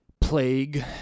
plague